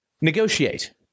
negotiate